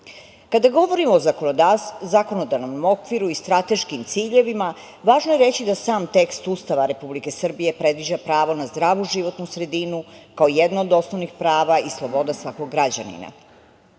govorimo o zakonodavnom okviru i strateškim ciljevima, važno je reći da sam tekst Ustava Republike Srbije predviđa pravo na zdravu životnu sredinu, kao jedno od osnovnih prava i sloboda svakog građanina. Danas,